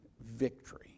victory